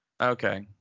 Okay